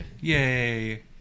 Yay